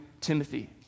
Timothy